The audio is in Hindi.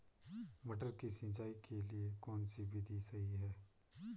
मटर की सिंचाई के लिए कौन सी विधि सही है?